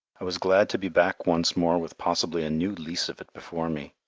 i was glad to be back once more with possibly a new lease of it before me.